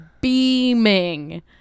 beaming